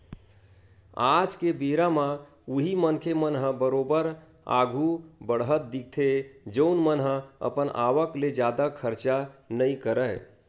आज के बेरा म उही मनखे मन ह बरोबर आघु बड़हत दिखथे जउन मन ह अपन आवक ले जादा खरचा नइ करय